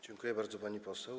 Dziękuję bardzo, pani poseł.